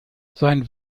sein